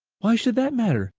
why should that matter?